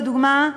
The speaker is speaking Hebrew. לדוגמה,